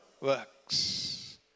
works